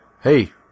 hey